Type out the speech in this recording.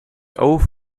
auf